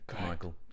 Michael